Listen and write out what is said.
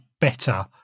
better